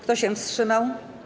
Kto się wstrzymał?